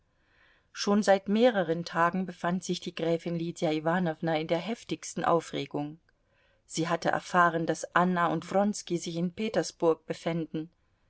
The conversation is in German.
schon seit mehreren tagen befand sich die gräfin lydia iwanowna in der heftigsten aufregung sie hatte erfahren daß anna und wronski sich in petersburg befänden